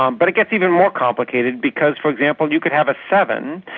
um but it gets even more complicated because, for example, you could have a seven,